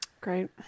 Great